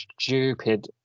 stupid